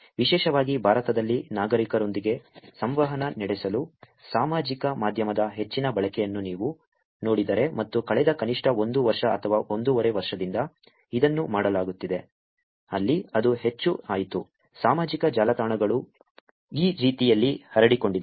ವಿಶೇಷವಾಗಿ ಭಾರತದಲ್ಲಿ ನಾಗರಿಕರೊಂದಿಗೆ ಸಂವಹನ ನಡೆಸಲು ಸಾಮಾಜಿಕ ಮಾಧ್ಯಮದ ಹೆಚ್ಚಿನ ಬಳಕೆಯನ್ನು ನೀವು ನೋಡಿದರೆ ಮತ್ತು ಕಳೆದ ಕನಿಷ್ಠ ಒಂದು ವರ್ಷ ಅಥವಾ ಒಂದೂವರೆ ವರ್ಷದಿಂದ ಇದನ್ನು ಮಾಡಲಾಗುತ್ತಿದೆ ಅಲ್ಲಿ ಅದು ಹೆಚ್ಚು ಆಯಿತು ಸಾಮಾಜಿಕ ಜಾಲತಾಣಗಳು ಈ ರೀತಿಯಲ್ಲಿ ಹರಡಿಕೊಂಡಿವೆ